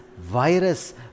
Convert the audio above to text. virus